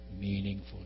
meaningful